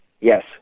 Yes